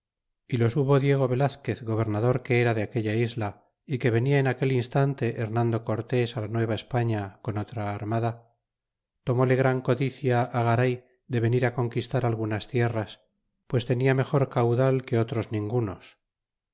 y los hubo diego velazquez gobernador que era de aquella isla y que venia en aquel instante hernando cortes á la nueva españa con otra armada tomóle gran codicia garay de venir conquistar algunas tierras pues tenia mejor caudal que otros ningunos